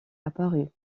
apparu